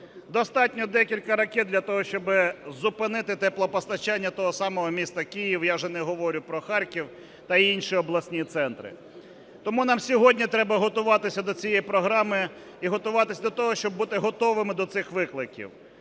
Достатньо декілька ракет для того, щоб зупинити теплопостачання того самого міста Києва, я вже не говорю про Харків та інші обласні центри. Тому нам сьогодні треба готуватися до цієї програми і готуватися до того, щоб бути готовими до цих викликів.